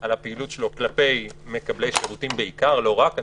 על הפעילות שלו בעיקר כלפי מקבלי שירותים, לא רק.